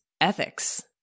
ethics